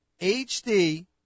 HD